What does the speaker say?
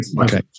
Okay